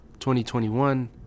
2021